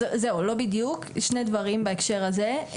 אז זהו, לא בדיוק, שני דברים בהקשר הזה.